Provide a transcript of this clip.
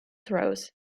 throws